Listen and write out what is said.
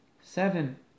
Seven